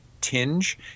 tinge